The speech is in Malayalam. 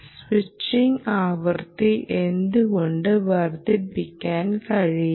സ്വിച്ചിംഗ് ആവൃത്തി എന്തുകൊണ്ട് വർദ്ധിപ്പിക്കാൻ കഴിയില്ല